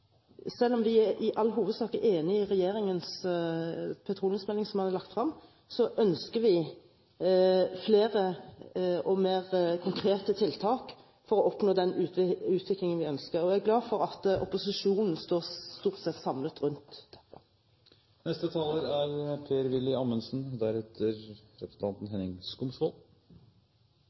Selv om vi i all hovedsak er enig i den petroleumsmeldingen som regjeringen har lagt frem, ønsker vi flere og mer konkrete tiltak for å oppnå den utviklingen vi ønsker, og jeg er glad for at opposisjonen står stort sett samlet rundt.